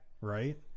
Right